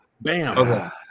Bam